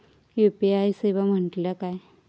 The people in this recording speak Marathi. यू.पी.आय सेवा म्हटल्या काय?